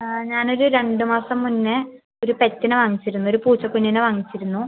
ആ ഞാനൊരു രണ്ട് മാസം മുന്നേ ഒരു പെറ്റിനെ വാങ്ങിച്ചിരുന്നു ഒരു പൂച്ചക്കുഞ്ഞിനെ വാങ്ങിച്ചിരുന്നു